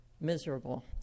miserable